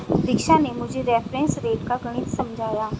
दीक्षा ने मुझे reference rate का गणित समझाया